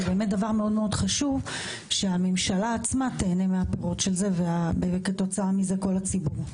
זה מאוד חשוב שהממשלה עצמה תהנה מהפירות של זה וכתוצאה מכך כל הציבור.